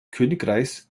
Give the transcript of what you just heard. königreichs